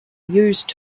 used